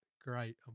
great